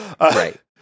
Right